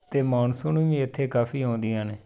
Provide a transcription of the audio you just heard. ਅਤੇ ਮੌਨਸੂਨ ਵੀ ਇੱਥੇ ਕਾਫ਼ੀ ਆਉਂਦੀਆਂ ਨੇ